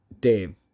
Dave